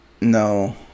No